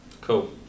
Cool